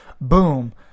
Boom